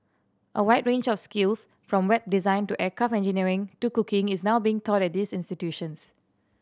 a wide range of skills from Web design to aircraft engineering to cooking is now being taught at these institutions